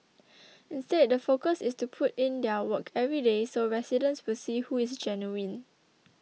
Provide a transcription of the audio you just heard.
instead the focus is to put in their work every day so residents will see who is genuine